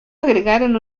agregaron